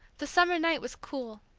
the summer night was cool,